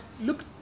look